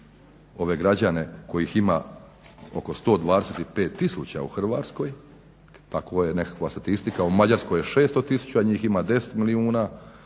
ove građane kojih ima oko 125 tisuća u Hrvatskoj, tako je nekakva statistika. U Mađarskoj je 600 tisuća njih, njih ima 10 milijuna,